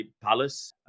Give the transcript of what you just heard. Palace